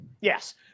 Yes